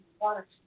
water